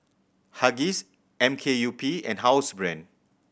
Huggies M K U P and Housebrand